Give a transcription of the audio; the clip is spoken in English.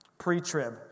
pre-trib